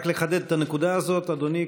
רק לחדד את הנקודה הזאת: אדוני,